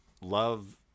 love